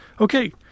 Okay